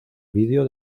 vídeo